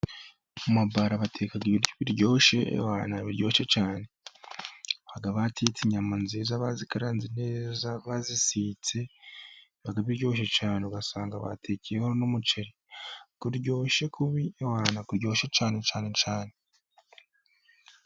Ku mabara bateka ibiryo biryoshye biryoshye cyane, baba batetse inyama nziza bazikaranze neza bazisize biba biryoshye cyane, ugasanga batekeyeho n'umuceri uryoshye kubi uryoshye cyane cyane.